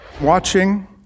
Watching